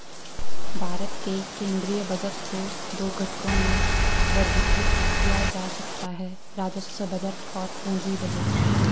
भारत के केंद्रीय बजट को दो घटकों में वर्गीकृत किया जा सकता है राजस्व बजट और पूंजी बजट